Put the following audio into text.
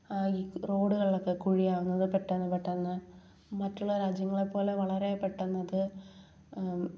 ഈറോഡുകളൊക്കെ കുഴിയാകുന്നത് പെട്ടെന്ന് പെട്ടെന്ന് മറ്റുള്ള രാജ്യങ്ങളെപ്പോലെ വളരെ പെട്ടെന്ന് അത്